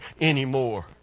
anymore